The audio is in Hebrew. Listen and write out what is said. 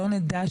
שלא נדע,